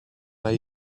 are